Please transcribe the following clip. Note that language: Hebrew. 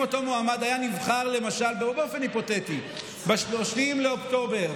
אם אותו מועמד היה נבחר למשל באופן היפותטי ב-31 באוקטובר,